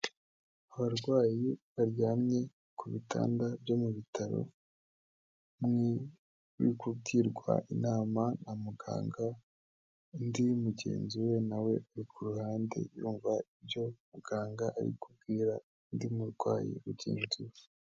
Abarwayi baryamye ku bitanda byo mu bitarori, umwe uri kugirwa inama na muganga, undi mugenzi we nawe uri ku ruhande yumva ibyo muganga ari kubwira undi murwayi mugenzi we.